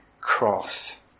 cross